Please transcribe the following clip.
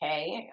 okay